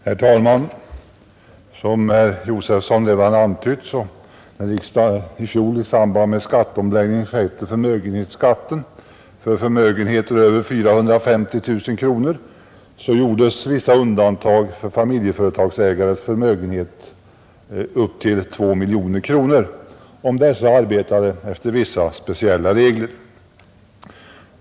Herr talman! Som herr Josefson i Arrie redan antytt gjordes när riksdagen i fjol i samband med skatteomläggningen sänkte förmögenhetsskatten för förmögenheter över 450 000 kronor vissa undantag för familjeföretagsägares förmögenheter upp till 2 miljoner kronor, om de arbetade efter vissa speciella regler.